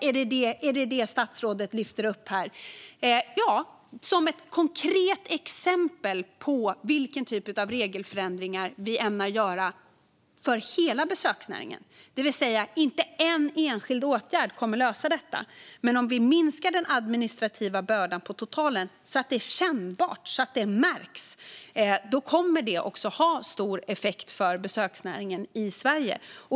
Är det vad statsrådet lyfter upp här? Ja, det är ett konkret exempel på vilka slags regelförändringar vi ämnar göra för hela besöksnäringen. Det är nämligen inte en enskild åtgärd som kommer att lösa detta, men om vi minskar den totala administrativa bördan så att det är kännbart och märks kommer det att få stor effekt för besöksnäringen i Sverige.